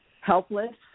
helpless